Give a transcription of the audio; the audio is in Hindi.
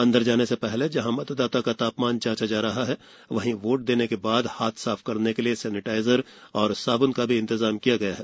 अंदर जाने से पहले जहां मतदाता का तापमान जांचा जा रहा है वहीं वोट देने के बाद हाथ साफ करने के लिए सैनिटाइजर और साब्न का भी इंतजाम किया गया है